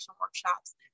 workshops